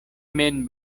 mem